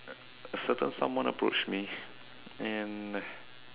a certain someone approached me and